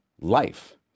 life